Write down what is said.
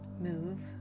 move